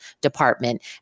department